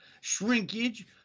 shrinkage